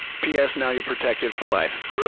p s. now you're protected for life.